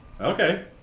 Okay